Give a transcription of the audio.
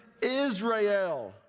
Israel